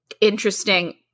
interesting